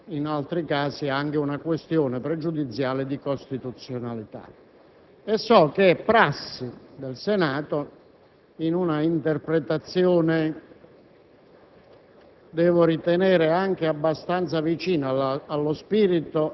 una questione sospensiva e, in altri casi, anche una pregiudiziale di costituzionalità. So che è prassi del Senato (secondo un'interpretazione